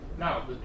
Now